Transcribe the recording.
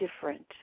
different